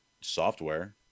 software